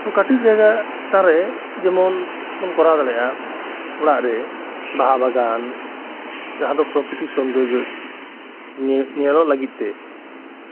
ᱛᱚ ᱠᱟᱹᱴᱤᱡ ᱡᱟᱭᱜᱟ ᱪᱮᱛᱟᱱ ᱨᱮ ᱡᱮᱢᱚᱱ ᱵᱚᱱ ᱠᱚᱨᱟᱣ ᱫᱟᱲᱮᱭᱟᱜᱼᱟ ᱚᱲᱟᱜ ᱨᱮ ᱵᱟᱦᱟ ᱵᱟᱜᱟᱱ ᱡᱟᱦᱟᱸ ᱫᱚ ᱯᱨᱚᱠᱤᱛᱤ ᱥᱳᱱᱫᱳᱨᱡᱚ ᱧᱮᱞᱚᱜ ᱞᱟᱹᱜᱤᱫ ᱛᱮ